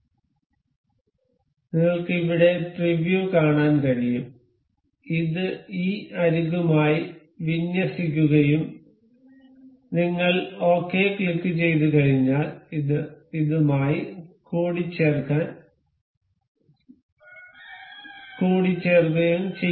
അതിനാൽ നിങ്ങൾക്ക് ഇവിടെ പ്രിവ്യൂ കാണാൻ കഴിയും ഇത് ഈ അരികുമായി വിന്യസിക്കുകയും നിങ്ങൾ ശരി ക്ലിക്കുചെയ്തുകഴിഞ്ഞാൽ ഇത് ഇതുമായി കൂട്ടിച്ചേർക്കാൻ ചെയ്യും